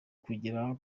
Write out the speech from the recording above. kugira